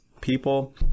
people